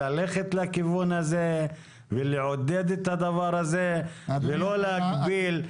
ללכת לכיוון הזה ולעודד את הדבר הזה ולא להגביל.